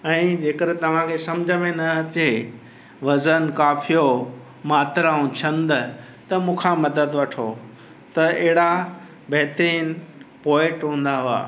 ऐं जे कर तव्हांख सम्झि में न अचे वज़न काफ़ियो मात्राऊं छंद त मूंखां मदद वठो त एड़ा बहितरीनु पोइट हूंदा हुआ